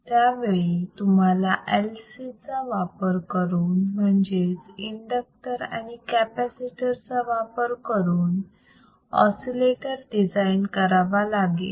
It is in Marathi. त्यावेळी तुम्हाला L C चा वापर करून म्हणजेच इंडक्टर आणि कॅपॅसिटर चा वापर करून ऑसिलेटर डिझाईन करावा लागेल